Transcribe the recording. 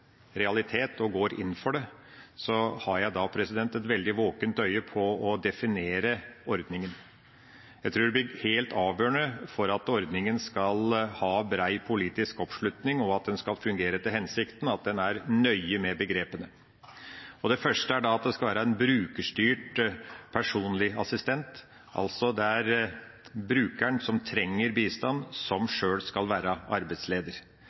realiteten, og går inn for det, har jeg et veldig våkent øye på å definere ordninga. Jeg tror det blir helt avgjørende for at ordninga skal ha brei politisk oppslutning, og for at den skal fungere etter hensikten, at en er nøye med begrepene. Det første er at det skal være en brukerstyrt personlig assistent. Det er altså brukeren som trenger bistand, som sjøl skal være arbeidsleder.